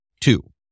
two